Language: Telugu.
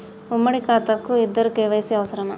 ఉమ్మడి ఖాతా కు ఇద్దరు కే.వై.సీ అవసరమా?